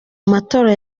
matora